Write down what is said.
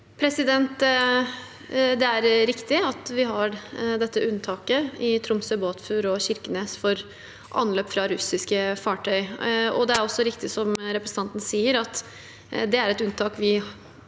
Det er riktig at vi har dette unntaket i Tromsø, Båtsfjord og Kirkenes for anløp av russiske fartøy, og det er også riktig, som representanten sier, at det er et unntak vi